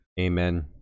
Amen